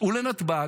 סעו לנתב"ג,